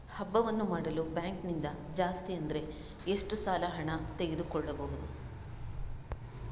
ಹಬ್ಬವನ್ನು ಮಾಡಲು ಬ್ಯಾಂಕ್ ನಿಂದ ಜಾಸ್ತಿ ಅಂದ್ರೆ ಎಷ್ಟು ಸಾಲ ಹಣ ತೆಗೆದುಕೊಳ್ಳಬಹುದು?